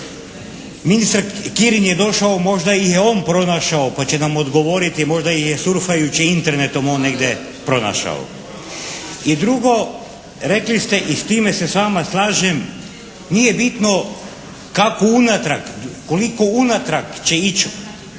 Ministar Kirin je došao. Možda ih je on pronašao, pa će nam odgovoriti, možda ih je surfajući Internetom on negdje pronašao. I drugo, rekli ste i s time se s vama slažem nije bitno kako unatrag, koliko unatrag će ići